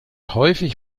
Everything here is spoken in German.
häufig